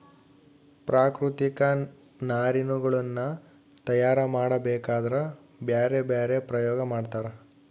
ಪ್ರಾಕೃತಿಕ ನಾರಿನಗುಳ್ನ ತಯಾರ ಮಾಡಬೇಕದ್ರಾ ಬ್ಯರೆ ಬ್ಯರೆ ಪ್ರಯೋಗ ಮಾಡ್ತರ